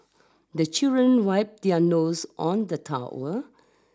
the children wipe their nose on the towel